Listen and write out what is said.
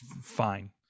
Fine